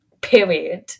Period